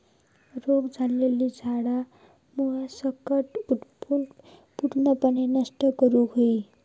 रोग झालेली झाडा मुळासकट उपटून पूर्णपणे नष्ट करुक हवी